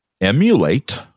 emulate